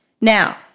Now